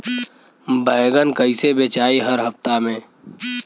बैगन कईसे बेचाई हर हफ्ता में?